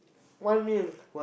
one meal